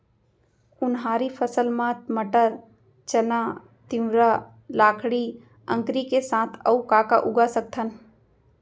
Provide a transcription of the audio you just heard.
उनहारी फसल मा मटर, चना, तिंवरा, लाखड़ी, अंकरी के साथ अऊ का का उगा सकथन?